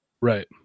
Right